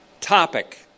topic